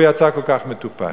והוא יצא כל כך מטופש.